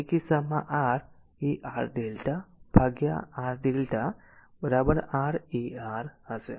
તેથી તે કિસ્સામાં R એ R lrmΔ by a or R lrmΔ r a R હશે